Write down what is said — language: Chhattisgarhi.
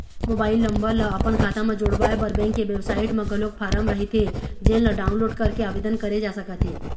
मोबाईल नंबर ल अपन खाता म जोड़वाए बर बेंक के बेबसाइट म घलोक फारम रहिथे जेन ल डाउनलोड करके आबेदन करे जा सकत हे